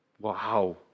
Wow